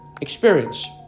experience